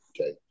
okay